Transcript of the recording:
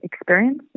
experience